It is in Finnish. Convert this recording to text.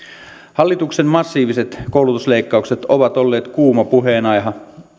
hallituksen massiiviset koulutusleikkaukset ovat olleet kuuma puheenaihe